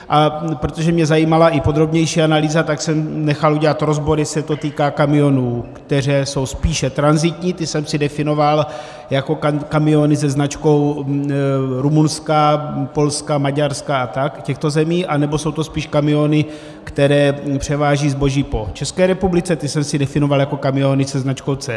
A protože mě zajímala i podrobnější analýza, tak jsem nechal udělat rozbor, jestli se to týká kamionů, které jsou spíše tranzitní ty jsem si definoval jako kamiony se značkou Rumunska, Polska, Maďarska a tak, těchto zemí, anebo jsou to spíš kamiony, které převážejí zboží po České republice, ty jsem si definoval jako kamiony se značkou CZ.